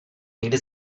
někdy